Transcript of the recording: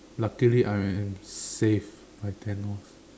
luckily I am saved by Thanos